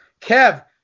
Kev